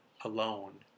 alone